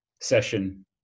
session